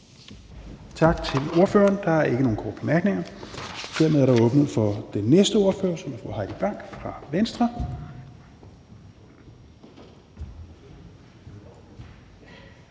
Tak til ordføreren. Der er ikke nogen korte bemærkninger. Dermed er der åbent for den næste ordfører, som er fru Heidi Bank fra Venstre.